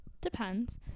depends